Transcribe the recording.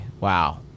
Wow